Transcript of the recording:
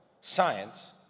science